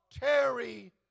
Terry